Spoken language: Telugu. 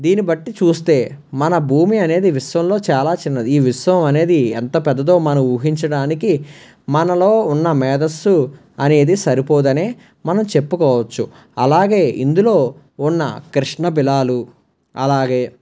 దీన్ని బట్టి చూస్తే మన భూమి అనేది విశ్వంలో చాలా చిన్నది ఈ విశ్వం అనేది ఎంత పెద్దదో మనం ఊహించడానికి మనలో ఉన్న మేధస్సు అనేది సరిపోదనే మనం చెప్పుకోవచ్చు అలాగే ఇందులో ఉన్న క్రిష్ణ బిలాలు అలాగే